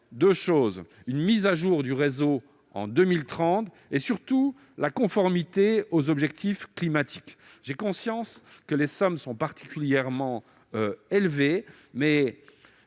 prévoit une mise à jour du réseau en 2030 et, surtout, la conformité aux objectifs climatiques. J'ai conscience qu'il s'agit de sommes particulièrement élevées, mais,